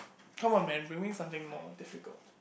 come one man bring me something more difficult